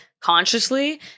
consciously